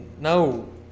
no